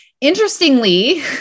interestingly